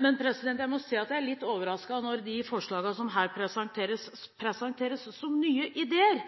Men jeg må si at jeg er litt overrasket når de forslagene som her blir presentert, blir presentert som nye ideer.